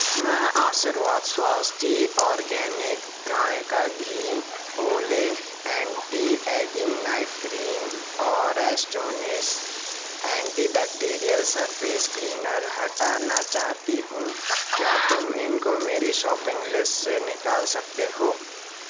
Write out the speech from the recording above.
میں آشرواد سواستی اورگینک گائے کا گھی Olay anti ageing night cream اور Astonish anti bacterial surface cleaner ہٹانا چاہتی ہوں کیا تم ان کو میری شاپنگ لسٹ سے نکال سکتے ہو